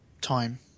time